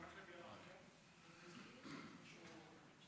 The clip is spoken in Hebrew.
אני רוצה תיקון לפני